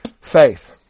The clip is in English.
Faith